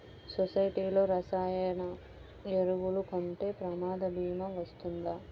సొసైటీలో రసాయన ఎరువులు కొంటే ప్రమాద భీమా వస్తుందా?